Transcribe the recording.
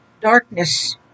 Darkness